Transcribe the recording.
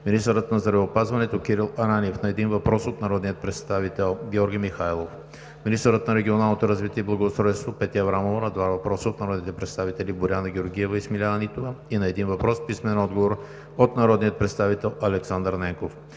министърът на здравеопазването Кирил Ананиев на един въпрос от народния представител Георги Михайлов; - министърът на регионалното развитие и благоустройството Петя Аврамова на два въпроса от народните представители Боряна Георгиева; и Смиляна Нитова; и на един въпрос с писмен отговор от народния представител Александър Ненков;